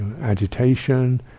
agitation